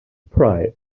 pride